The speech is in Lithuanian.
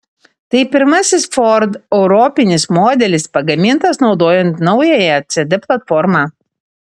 tai pirmasis ford europinis modelis pagamintas naudojant naująją cd platformą